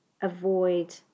avoid